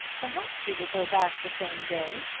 perhaps she will go back the same day.